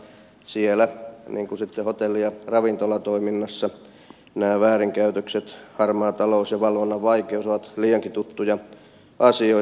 siellä niin kuin myös hotelli ja ravintolatoiminnassa nämä väärinkäytökset harmaa talous ja valvonnan vaikeus ovat liiankin tuttuja asioita